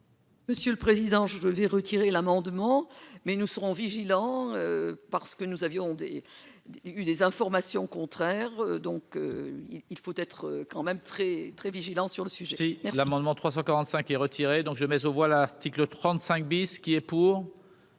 Monsieur le président je devais retirer l'amendement mais nous serons vigilants parce que nous avions des eu des informations contraires, donc il faut être quand même très très vigilants sur le sujet. L'amendement 345 et donc je mets aux voix, l'article 35 bis qui est pour.